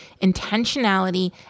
intentionality